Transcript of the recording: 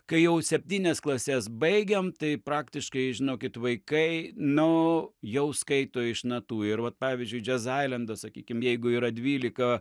kai jau septynias klases baigiam tai praktiškai žinokit vaikai nu jau skaito iš natų ir vat pavyzdžiui džezailendo sakykim jeigu yra dvylika